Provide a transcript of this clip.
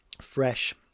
fresh